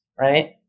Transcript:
Right